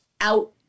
out